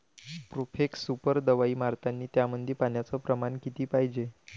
Profex super दवाई मारतानी त्यामंदी पान्याचं प्रमाण किती पायजे?